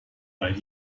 weil